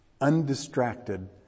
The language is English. Undistracted